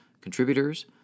contributors